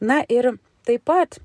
na ir taip pat